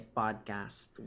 podcast